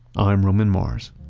i'm roman mars